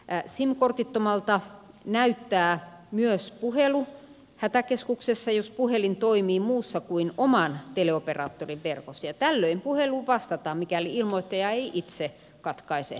sim kortittomalta näyttää myös puhelu hätäkeskuksessa jos puhelin toimii muussa kuin oman teleoperaattorin verkossa ja tällöin puheluun vastataan mikäli ilmoittaja ei itse katkaise puhelua